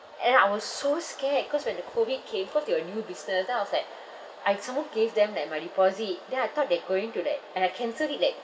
and I was so scared cause when the COVID came cause they were new business then I was like I some more gave them like my deposit then I thought they going to like and I cancel it like